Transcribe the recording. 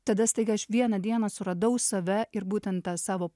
tada staiga aš vieną dieną suradau save ir būtent tą savo